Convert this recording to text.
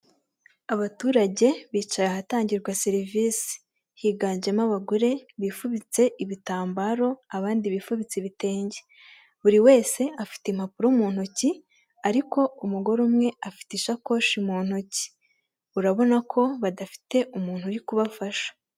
Abaturage bicaye ahatangirwa serivisi, higanjemo abagore bifubitse ibitambaro abandi bifubitse ibitenge, buri wese afite impapuro mu ntoki ariko umugore umwe afite ishakoshi mu ntoki, urabona ko badafite umuntu uri kubafasha.